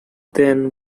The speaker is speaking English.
then